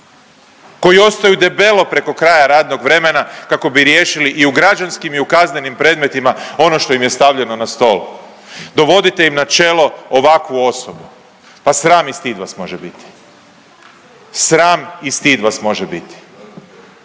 koji ostaju debelo preko kraja radnog vremena kako bi riješili i u građanskim i u kaznenim predmetima ono što im je stavljeno na stol, dovodite im na čelo ovakvu osobu. Pa sram i stid vas može biti! Sram i stid vas može biti!